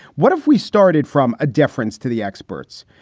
what if we started from a deference to the experts?